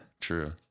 true